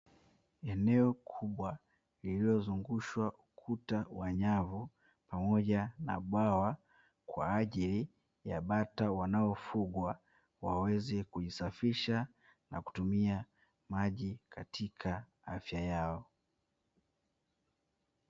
Eneo kubwa lililozungushwa ukuta wa nyavu, pamoja na bwawa kwa ajili ya bata wanaofugwa, waweze kujisafisha na kutumia maji katika afya yao.